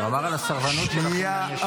הוא אמר על הסרבנות של אחים לנשק.